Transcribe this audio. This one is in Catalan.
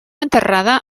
enterrada